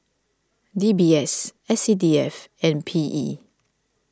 D B S S C D F and P E